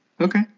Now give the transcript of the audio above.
Okay